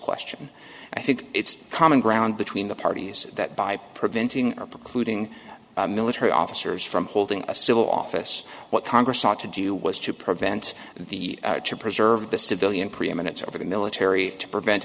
question i think it's common ground between the parties that by preventing precluding military officers from holding a civil office what congress ought to do was to prevent the to preserve the civilian preeminence over the military to prevent